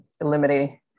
eliminating